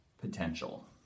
potential